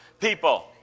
people